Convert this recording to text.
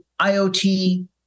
IoT